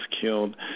killed